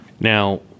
Now